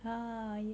!huh!